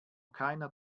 keiner